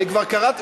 אני כבר קראתי.